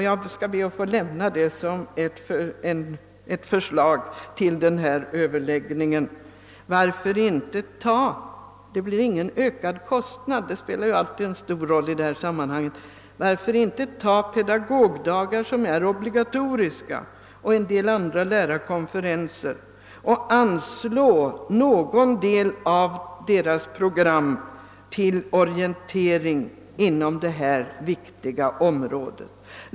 Jag skall be att få lämna ett förslag till denna överläggning — det medför ingen ökad kostnad och det spelar alltid stor roll: Varför inte anslå någon del av programmet på pedagogdagar, som är obligatoriska, och på en del andra lärarkonferenser till orientering på detta viktiga område?